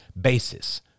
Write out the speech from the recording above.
basis